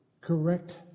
correct